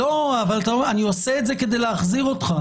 אני עושה את זה כדי להחזיר אותך.